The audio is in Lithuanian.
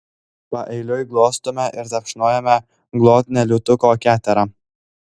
paeiliui glostome ir tapšnojame glotnią liūtuko keterą